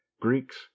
greeks